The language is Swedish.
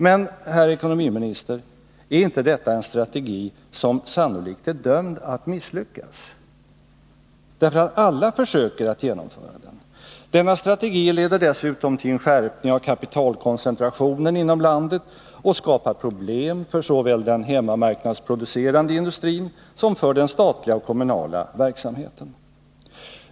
Men, herr ekonomiminister, är inte detta en strategi som sannolikt är dömd att misslyckas, därför att alla försöker att genomföra den? Den strategin leder dessutom till en skärpning av kapitalkoncentrationen inom landet och skapar problem för såväl den hemmamarknadsproducerande industrin som den statliga och kommunala verksamheten.